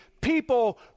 people